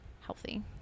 healthy